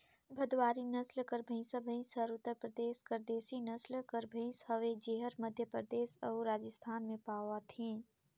भदवारी नसल कर भंइसा भंइस हर उत्तर परदेस कर देसी नसल कर भंइस हवे जेहर मध्यपरदेस अउ राजिस्थान में पवाथे